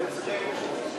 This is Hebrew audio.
נתקבל.